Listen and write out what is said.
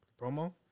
Promo